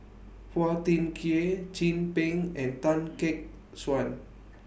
Phua Thin Kiay Chin Peng and Tan Gek Suan